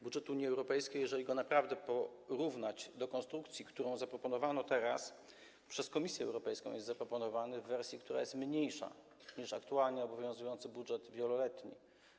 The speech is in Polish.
Budżet Unii Europejskiej - jeżeli go naprawdę porównać do konstrukcji, którą zaproponowano teraz - przez Komisję Europejską jest przedłożony w takiej wersji, że jest on mniejszy niż aktualnie obowiązujący budżet wieloletni.